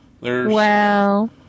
Wow